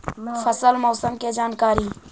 फसल मौसम के जानकारी?